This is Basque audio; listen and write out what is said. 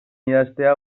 idaztea